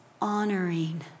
honoring